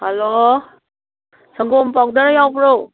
hello ꯁꯪꯒꯣꯝ powder ꯌꯥꯎꯕ꯭ꯔꯣ